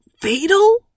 fatal